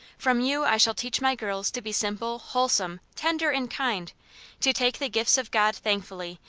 from you i shall teach my girls to be simple, wholesome, tender, and kind to take the gifts of god thankfully,